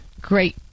great